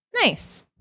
Nice